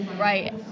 Right